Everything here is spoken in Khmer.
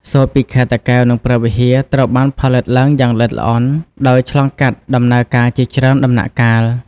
សូត្រពីខេត្តតាកែវ និងព្រះវិហារ ត្រូវបានផលិតឡើងយ៉ាងល្អិតល្អន់ ដោយឆ្លងកាត់ដំណើរការជាច្រើនដំណាក់កាល។